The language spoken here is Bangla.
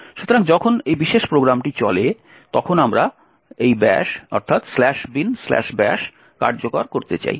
সুতরাং যখন এই বিশেষ প্রোগ্রামটি চলে তখন আমরা ব্যাশ binbash কার্যকর করতে চাই